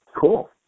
Cool